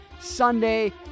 Sunday